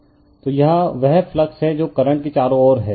refer slide time 0337 तो यह वह फ्लक्स है जो करंट के चारों ओर है